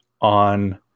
on